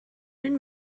mynd